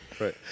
Right